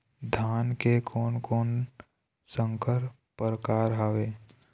धान के कोन कोन संकर परकार हावे?